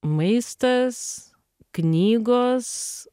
maistas knygos